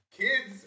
Kids